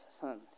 sons